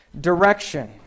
direction